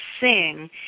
sing